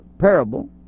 parable